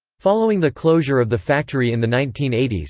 following the closure of the factory in the nineteen eighty s,